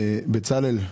בצלאל,